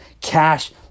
cash